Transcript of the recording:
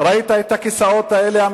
ראית את הכיסאות האלה,